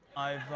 i've